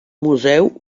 museu